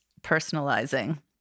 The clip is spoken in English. personalizing